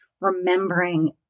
remembering